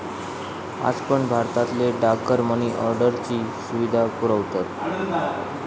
आज पण भारतातले डाकघर मनी ऑर्डरची सुविधा पुरवतत